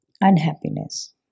unhappiness